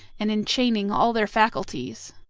and enchaining all their faculties.